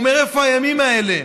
הוא אמר: איפה הימים האלה?